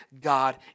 God